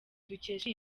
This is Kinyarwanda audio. dukesha